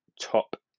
top